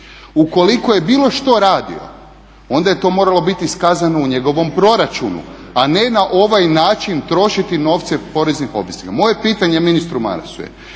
Ukoliko je bilo što radio, onda je to moralo biti iskazano u njegovom proračunu a ne na ovaj način trošiti novce poreznih obveznika. Moje pitanje ministru Marasu je